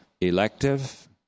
elective